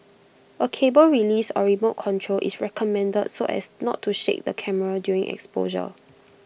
A cable release or remote control is recommended so as not to shake the camera during exposure